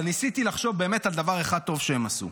ניסיתי לחשוב באמת על דבר אחד טוב שהם עשו.